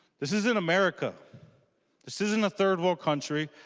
this is an america this is in a third world country.